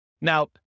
now